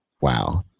Wow